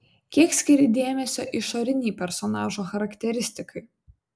kiek skiri dėmesio išorinei personažo charakteristikai